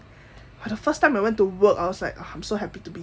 for the first time I went to work I was like I'm so happy to be here